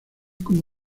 como